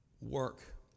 Work